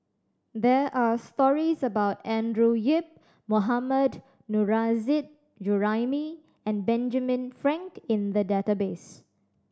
there are stories about Andrew Yip Mohammad Nurrasyid Juraimi and Benjamin Frank in the database